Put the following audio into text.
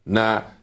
Now